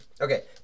Okay